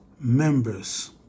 Members